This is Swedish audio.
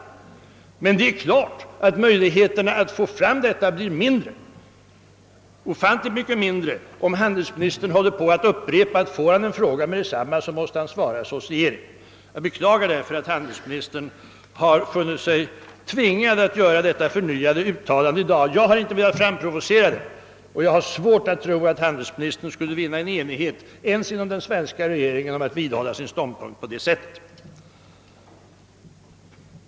Det är dock klart att möjligheterna blir ofantligt mycket mindre om handelsministern upprepar att han, i fall en förfrågan görs genast, måste svara associering. Jag beklagar därför att handelsministern funnit sig tvingad att göra detta förnyade uttalande i dag. Jag har inte velat framprovocera det, och jag har svårt att tro att handelsministern ens inom den svenska regeringen skulle vinna enighet om vidhållandet av denna sin ståndpunkt.